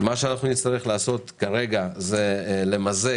מה שאנחנו נצטרך לעשות כרגע זה למזג